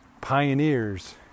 pioneers